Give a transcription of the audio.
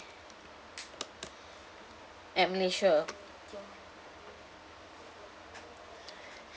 at malaysia